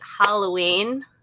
Halloween